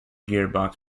gearbox